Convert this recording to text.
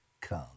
come